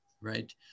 Right